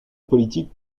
politique